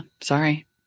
sorry